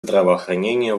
здравоохранения